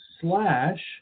slash